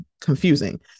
confusing